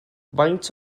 faint